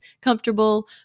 comfortable